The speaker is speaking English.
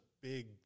big